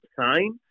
sign